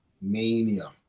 Mania